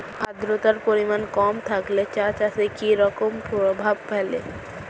আদ্রতার পরিমাণ কম থাকলে চা চাষে কি রকম প্রভাব ফেলে?